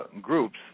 groups